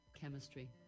chemistry